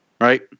right